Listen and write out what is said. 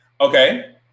okay